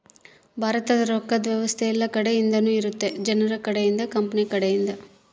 ಭಾರತದ ರೊಕ್ಕದ್ ವ್ಯವಸ್ತೆ ಯೆಲ್ಲ ಕಡೆ ಇಂದನು ಇರುತ್ತ ಜನರ ಕಡೆ ಇಂದ ಕಂಪನಿ ಕಡೆ ಇಂದ